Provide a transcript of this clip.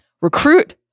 recruit